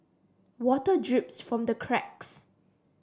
water drips from the cracks